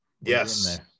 Yes